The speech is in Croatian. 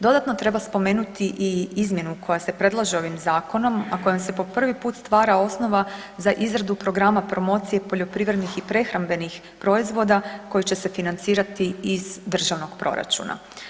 Dodatno treba spomenuti i izmjenu koja se predlaže ovim Zakonom, a kojom se po prvi put stvara osnova za izradu programa promocije poljoprivrednih i prehrambenih proizvoda koji će se financirati iz državnog proračuna.